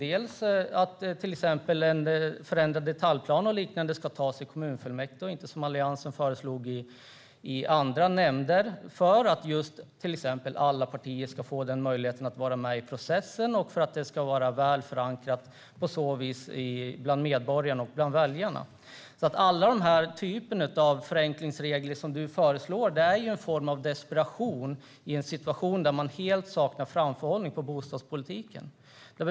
Till exempel ska beslut om en förändrad detaljplan och liknande tas i kommunfullmäktige och inte, som Alliansen föreslog, i andra nämnder. Alla partier ska nämligen få möjlighet att vara med i processen. På så vis är beslut väl förankrade bland medborgarna och väljarna. Alla förenklingsregler som Ola Johansson föreslår är en form av desperation i en situation där framförhållning i bostadspolitiken saknas helt.